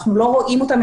אנחנו לא רואים אותם,